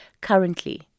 currently